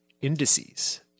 indices